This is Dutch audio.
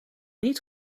niet